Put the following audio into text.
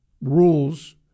rules